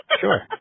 Sure